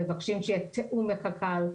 אנחנו מבקשים שיהיה תיאום עם קק"ל,